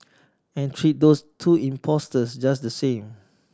and treat those two impostors just the same